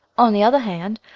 on the other hand,